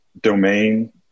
domain